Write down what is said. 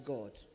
God